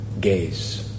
gaze